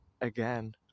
Again